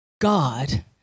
God